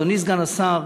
אדוני סגן השר,